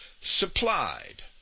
supplied